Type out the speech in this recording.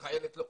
חיילת לא.